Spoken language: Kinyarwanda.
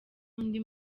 undi